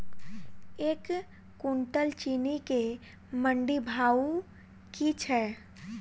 एक कुनटल चीनी केँ मंडी भाउ की छै?